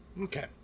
Okay